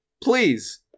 please